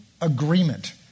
agreement